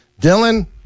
dylan